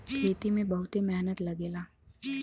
खेती में बहुते मेहनत लगेला